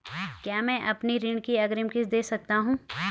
क्या मैं अपनी ऋण की अग्रिम किश्त दें सकता हूँ?